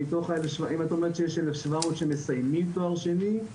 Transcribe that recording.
אם את אומרת שיש 1,700 שמסיימים תואר שני,